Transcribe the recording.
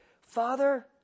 Father